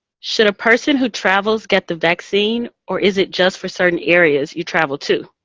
should a person who travels get the vaccine or is it just for certain areas you travel to?